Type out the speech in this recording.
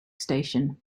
station